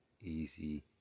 easy